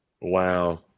Wow